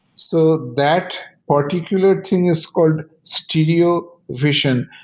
so that particular thing is called stereo vision.